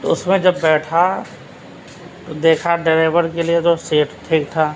اس میں جب بیٹھا تو دیکھا ڈرائیور کے لیے تو سیٹ ٹھیک تھا